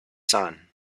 son